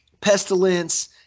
pestilence